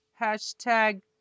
hashtag